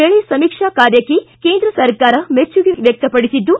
ಬೆಳೆ ಸಮೀಕ್ಷಾ ಕಾರ್ಯಕ್ಕೆ ಕೇಂದ್ರ ಸರ್ಕಾರ ಮೆಚ್ಚುಗೆ ವ್ಯಕ್ತಪಡಿಸಿದ್ದು